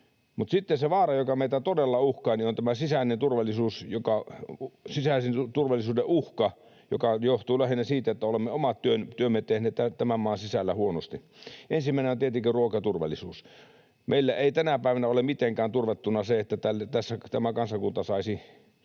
sitten se vaara, joka meitä todella uhkaa, on tämä sisäisen turvallisuuden uhka, joka johtuu lähinnä siitä, että olemme omat työmme tehneet tämän maan sisällä huonosti. Ensimmäinen on tietenkin ruokaturvallisuus. Meillä ei tänä päivänä ole mitenkään turvattuna se, että tämä kansakunta saisi